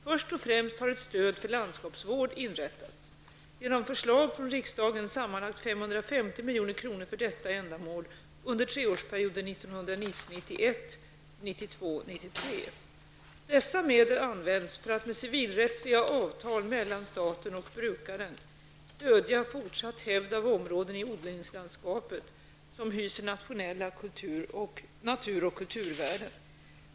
Först och främst har ett stöd för landskapsvård inrättats, genom förslag från riksdagen sammanlagt 550 milj.kr. för detta ändamål under treårsperioden 1990 93. Dessa medel används för att med civilrättsliga avtal mellan staten och brukaren stödja fortsatt hävd av områden i odlingslandskapet som hyser nationella natur och kulturvärden.